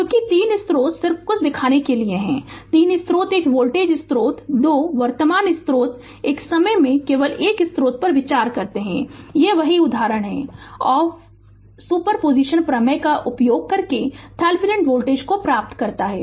क्योंकि 3 स्रोत सिर्फ कुछ दिखाने के लिए हैं 3 स्रोत एक वोल्टेज स्रोत 2 वर्तमान स्रोत एक समय में केवल एक स्रोत पर विचार करते हैं यह वही उदाहरण आर सुपर पोजीशन प्रमेय का उपयोग करके थेवेनिन वोल्टेज प्राप्त करता है